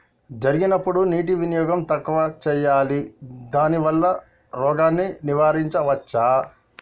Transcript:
జరిగినప్పుడు నీటి వినియోగం తక్కువ చేయాలి దానివల్ల రోగాన్ని నివారించవచ్చా?